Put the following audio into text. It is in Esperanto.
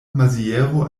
maziero